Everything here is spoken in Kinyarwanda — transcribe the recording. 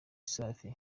safi